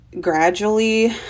gradually